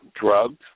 drugged